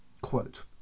Quote